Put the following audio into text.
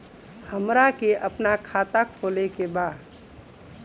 हमरा के अपना खाता खोले के बा?